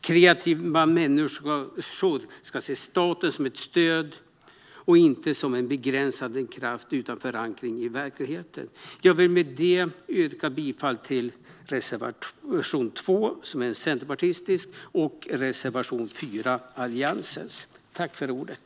Kreativa människor ska se staten som ett stöd och inte som en begränsande kraft utan förankring i verkligheten. Jag vill med detta yrka bifall till reservation 2, som är en centerpartistisk reservation, och reservation 4, som är en alliansreservation.